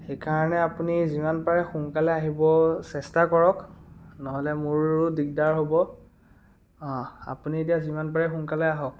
সেইকাৰণে আপুনি যিমান পাৰে সোনকালে আহিব চেষ্টা কৰক নহ'লে মোৰো দিগদাৰ হ'ব আপুনি এতিয়া যিমান পাৰে সোনকালে আহক